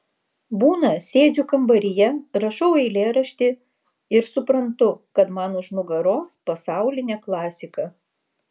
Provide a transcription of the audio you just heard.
būna sėdžiu kambaryje rašau eilėraštį ir suprantu kad man už nugaros pasaulinė klasika